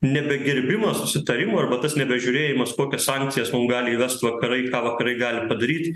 nebegerbimas susitarimo arba tas nebežiūrėjimas kokias sankcijas mum gali įvest vakarai ir ką vakarai gali padaryt